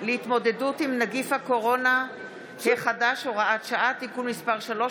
להתמודדות עם נגיף הקורונה החדש (הוראת שעה) (תיקון מס' 3),